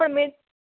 પણ મેં